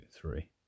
three